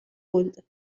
جان